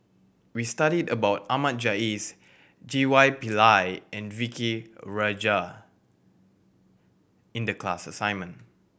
we studied about Ahmad Jais G Y Pillay and V Key Rajah in the class assignment